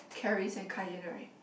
Caris and Kainary